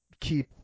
keep